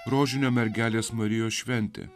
rožinio mergelės marijos šventė